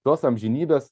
tos amžinybės